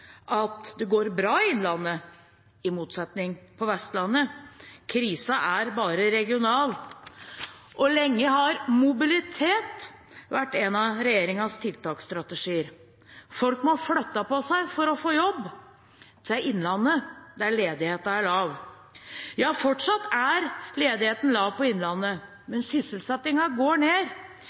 at det går bra i innlandet, i motsetning til på Vestlandet. Krisen er bare regional. Lenge har mobilitet vært en av regjeringens tiltaksstrategier. Folk må flytte på seg for å få jobb – til innlandet, der ledigheten er lav. Fortsatt er ledigheten i innlandet lav, men sysselsettingen går ned.